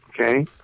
Okay